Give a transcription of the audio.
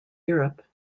europe